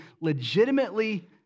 legitimately